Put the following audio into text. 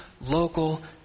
local